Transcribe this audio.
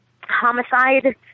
homicide